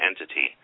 entity